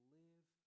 live